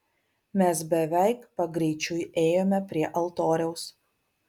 mes beveik pagrečiui ėjome prie altoriaus